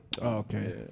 Okay